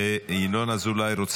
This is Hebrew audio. ינון אזולאי פה.